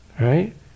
right